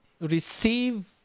receive